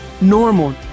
normal